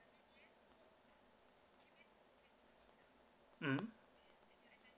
mm